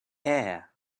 air